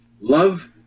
love